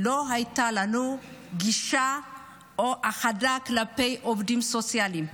לא הייתה לנו גישה לעובדים סוציאליים.